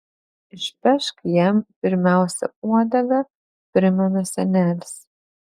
išpešk jam pirmiausia uodegą primena senelis